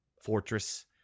Fortress